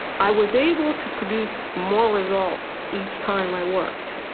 i was able to produce more result each time i worked.